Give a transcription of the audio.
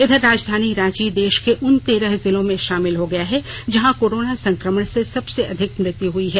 इधर राजधानी रांची देश के उन तेरह जिलों में शामिल हो गया है जहां कोरोना संकमण से सबसे अधिक मृत्यु हुई है